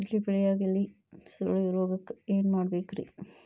ಕಡ್ಲಿ ಬೆಳಿಯಾಗ ಎಲಿ ಸುರುಳಿರೋಗಕ್ಕ ಏನ್ ಮಾಡಬೇಕ್ರಿ?